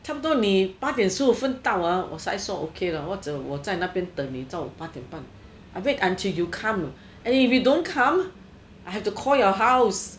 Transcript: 差不多你八点十五分到了我才算 okay 了或者我在那边等你到八点半 I wait until you come know and if you don't come I need to call your house